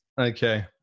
Okay